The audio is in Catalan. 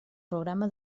programa